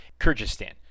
Kyrgyzstan